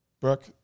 Brooke